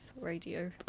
radio